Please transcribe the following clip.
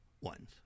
ones